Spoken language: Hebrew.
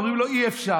אומרים לו: אי-אפשר.